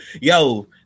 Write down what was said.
Yo